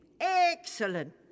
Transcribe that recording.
Excellent